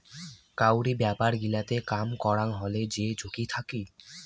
কাউরি ব্যাপার গিলাতে কাম করাং হলে যে ঝুঁকি থাকি